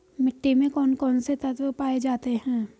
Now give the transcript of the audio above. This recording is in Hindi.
मिट्टी में कौन कौन से तत्व पाए जाते हैं?